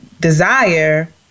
desire